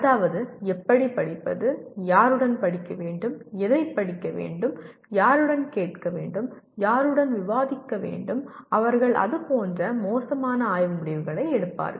அதாவது எப்படிப் படிப்பது யாருடன் படிக்க வேண்டும் எதைப் படிக்க வேண்டும் யாருடன் கேட்க வேண்டும் யாருடன் விவாதிக்க வேண்டும் அவர்கள் அது போன்ற மோசமான ஆய்வு முடிவுகளை எடுப்பார்கள்